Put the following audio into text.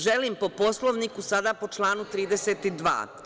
Želim po Poslovniku, sada po članu 32.